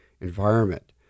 environment